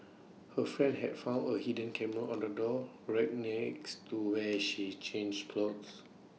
her friend had found A hidden camera on the door rack next to where she changed clothes